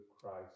Christ